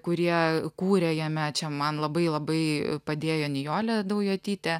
kurie kūrė jame čia man labai labai padėjo nijolė daujotytė